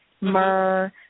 Myrrh